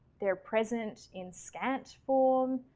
they're present in scant form.